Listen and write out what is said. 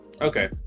Okay